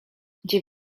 gdzie